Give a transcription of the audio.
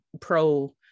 pro